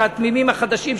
התמימים החדשים,